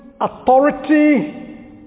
authority